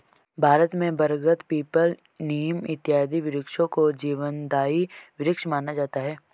भारत में बरगद पीपल नीम इत्यादि वृक्षों को जीवनदायी वृक्ष माना जाता है